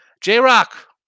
J-Rock